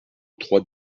trois